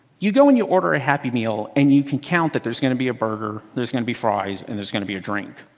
you go in and you order a happy meal and you can count that there's going to be a burger, there's going to be fries, and there's going to be a drink.